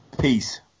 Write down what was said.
Peace